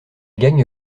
gagne